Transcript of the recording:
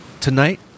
Tonight